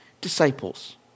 disciples